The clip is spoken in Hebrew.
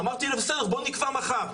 אמרתי בסדר בואו נקבע מחר,